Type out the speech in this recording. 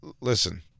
Listen